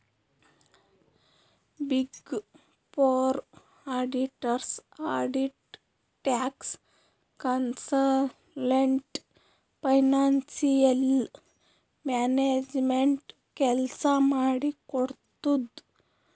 big four auditors audit, tax, consultant, financial management ಕೆಲ್ಸ ಮಾಡಿ ಕೊಡ್ತುದ್